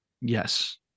Yes